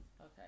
Okay